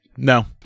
No